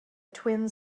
twin